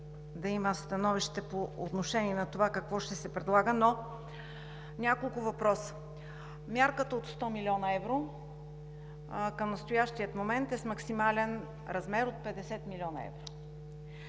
да има становище по отношение на това какво ще се предлага, но няколко въпроса: Мярката от 100 млн. евро към настоящия момент е с максимален размер от 50 млн. евро.